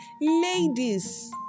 Ladies